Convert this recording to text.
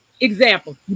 example